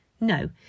No